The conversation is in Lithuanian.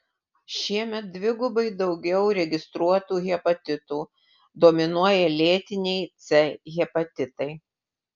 šiemet dvigubai daugiau registruotų hepatitų dominuoja lėtiniai c hepatitai